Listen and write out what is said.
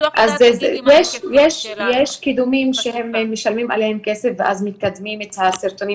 יש קידומים שמשלמים עליהם כסף ואז מקדמים את הסרטונים